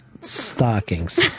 Stockings